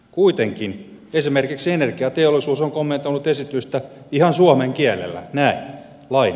kuitenkin esimerkiksi energiateollisuus on kommentoinut esitystä ihan suomen kielellä näin